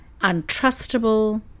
untrustable